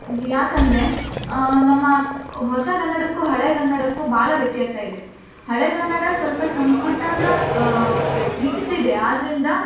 ಯಾಕೆಂದರೆ ನಮ್ಮ ಹೊಸಗನ್ನಡಕ್ಕೂ ಹಳೆಗನ್ನಡಕ್ಕೂ ಭಾಳ ವ್ಯತ್ಯಾಸ ಇದೆ ಹಳೆಗನ್ನಡ ಸ್ವಲ್ಪ ಸಂಸ್ಕೃತದ ಮಿಕ್ಸ್ ಇದೆ ಆದ್ದರಿಂದ